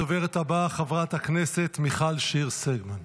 הדוברת הבאה, חברת הכנסת מיכל שיר סגמן.